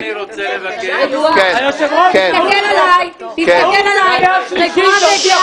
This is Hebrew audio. מה שאני רוצה לבקש --- היושב-ראש --- תסתכל עלי שחורה וגאה.